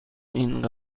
این